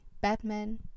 Batman